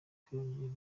kwiyongera